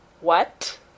What